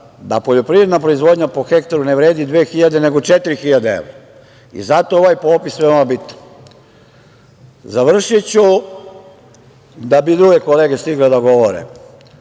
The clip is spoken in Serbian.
da poljoprivredna proizvodnja po hektaru ne vredi 2.000 nego 4.000 evra. Zato je ovaj popis veoma bitan. Završiću da bi druge kolege stigle da govore